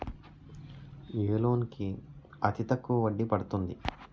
ఏ loan కి అతి తక్కువ వడ్డీ పడుతుంది?